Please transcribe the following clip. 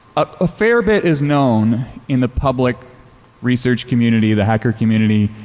ah a fair bit is known in the public research community, the hacker community,